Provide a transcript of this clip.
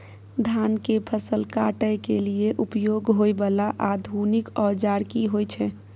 धान के फसल काटय के लिए उपयोग होय वाला आधुनिक औजार की होय छै?